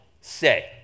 say